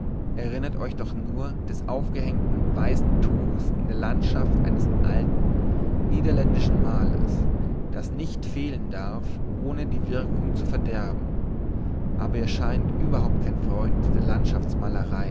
erinnert euch doch nur des aufgehängten weißen tuchs in der landschaft eines alten niederländischen malers das nicht fehlen darf ohne die wirkung zu verderben aber ihr scheint überhaupt kein freund der